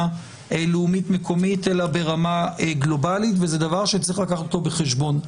לאומית מקומית אלא ברמה גלובלית וזה דבר שצריך לקחת בחשבון.